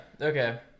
Okay